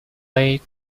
late